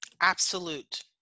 absolute